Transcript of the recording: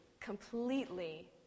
completely